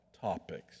topics